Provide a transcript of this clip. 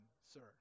sir